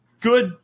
good